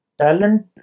talent